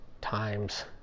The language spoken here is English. times